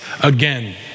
again